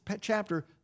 chapter